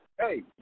hey